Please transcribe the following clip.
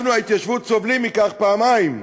אנחנו, ההתיישבות, סובלים מכך פעמיים: